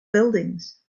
buildings